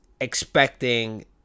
expecting